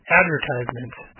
advertisements